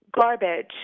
garbage